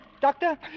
Doctor